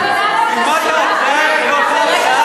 אין פעם שאתה עולה לפה ואתה יודע את המספרים.